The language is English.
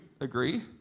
agree